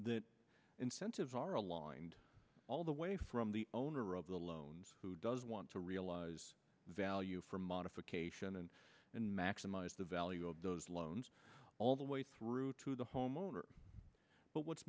that incentives are aligned all the way from the owner of the loans who does want to realize value for modification and then maximize the value of those loans all the way through to the homeowner but what's